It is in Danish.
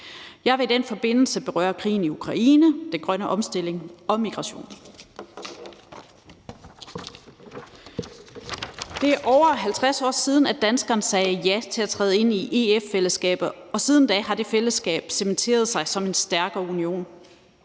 Jeg vil i den forbindelse berøre krigen i Ukraine, den grønne omstilling og migrationen. Det er over 50 år siden, at danskerne sagde ja til at træde ind i EF-fællesskabet, og siden da har det fællesskab cementeret sig som en stærkere union.